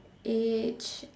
age